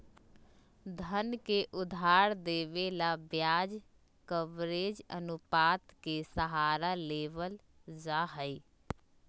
धन के उधार देवे ला ब्याज कवरेज अनुपात के सहारा लेवल जाहई